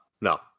No